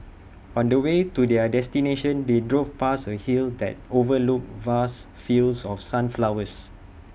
on the way to their destination they drove past A hill that overlooked vast fields of sunflowers